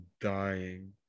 dying